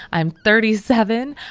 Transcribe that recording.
i'm thirty seven.